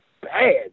bad